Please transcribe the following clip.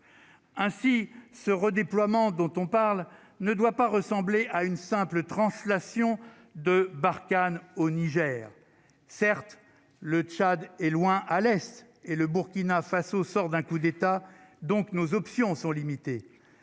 ainsi ce redéploiement dont on parle ne doit pas ressembler à une simple translation de Barkhane au Niger : certes, le Tchad est loin à l'Est et le Burkina Faso, sort d'un coup d'État, donc nos options sont limitées,